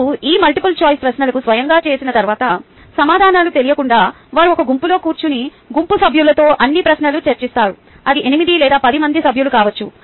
వారు ఈ multiple choice ప్రశ్నలను స్వయంగా చేసిన తర్వాత సమాధానాలు తెలియకుండా వారు ఒక గుంపులో కూర్చుని గుంపు సభ్యులతో అన్ని ప్రశ్నలను చర్చిస్తారు అది 8 లేదా 10 మంది సభ్యులు కావచ్చు